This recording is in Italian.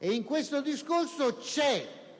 da cui emerge il